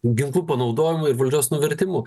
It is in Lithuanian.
ginklų panaudojimu ir valdžios nuvertimu